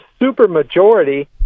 supermajority